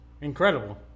Incredible